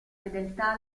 fedeltà